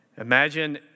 Imagine